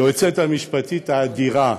היועצת המשפטית האדירה,